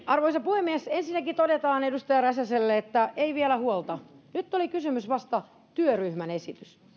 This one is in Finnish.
arvoisa puhemies ensinnäkin todetaan edustaja räsäselle että ei vielä huolta nyt oli kysymys vasta työryhmän esityksestä